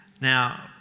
Now